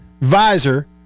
visor